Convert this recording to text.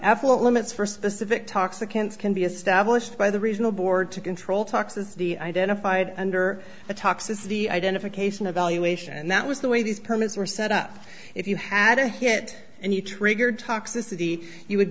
absolute limits for specific toxicants can be established by the regional board to control toxicity identified under the toxicity identification of valuation and that was the way these permits were set up if you had a hit and you triggered toxicity you would